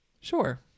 Sure